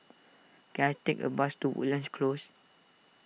can I take a bus to Woodlands Close